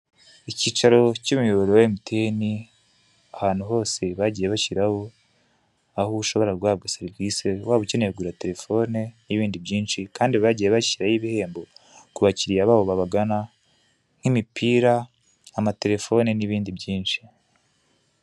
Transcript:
Ikicaro cy'umuyoboro wa emutiyene ahantu hose, bagiye bashyiraho aho ushobora guhabwa serivise, waba ukeneye kugura terefone n'ibindi byinshi kandi bagiye bashyiraho ibihembo ku bakirirya babo babagana nk'imipira, amaterefone n'ibindi byinshi.